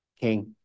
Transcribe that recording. king